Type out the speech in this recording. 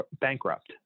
bankrupt